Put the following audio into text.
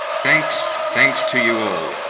thanks, thanks, to you all.